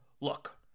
look